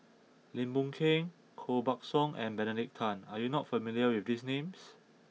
Lim Boon Keng Koh Buck Song and Benedict Tan are you not familiar with these names